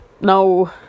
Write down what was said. No